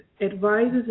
advises